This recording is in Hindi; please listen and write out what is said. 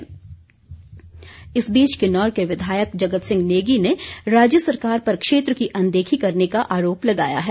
जगत सिंह नेगी इस बीच किन्नौर के विधायक जगत सिंह नेगी ने राज्य सरकार पर क्षेत्र की अनदेखी करने का आरोप लगाया है